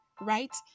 right